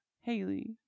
Haley